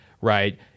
right